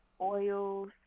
oils